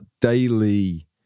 daily